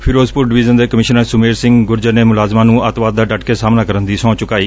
Firozpur division ਦੇ commissioner Sumer Singh Gurjar ਨੇ ਮੁਲਾਜ਼ਮਾਂ ਨੂੰ ਅਤਿਵਾਦ ਦਾ ਡੱਟ ਕੇ ਸਾਹਮਣਾ ਕਰਨ ਦੀ ਸਹੁੰ ਚੁੱਕਾਈ